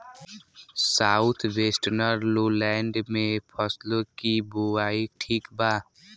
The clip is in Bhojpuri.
साउथ वेस्टर्न लोलैंड में फसलों की बुवाई ठीक बा?